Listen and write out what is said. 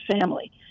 family